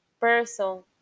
person